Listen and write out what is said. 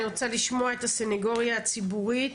אני רוצה לשמוע את הסנגוריה הציבורית.